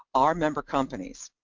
our member companies.